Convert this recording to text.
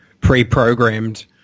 pre-programmed